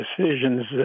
decisions